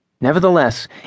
Nevertheless